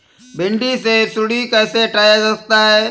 भिंडी से सुंडी कैसे हटाया जा सकता है?